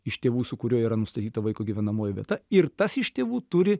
iš tėvų su kuriuo yra nustatyta vaiko gyvenamoji vieta ir tas iš tėvų turi